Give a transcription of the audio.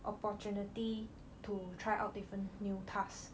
opportunity to try out different new task